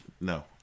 No